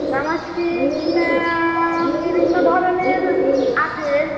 জামার ছিট বিভিন্ন ধরনের আছে